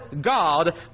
God